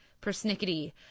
persnickety